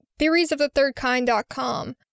TheoriesOfTheThirdKind.com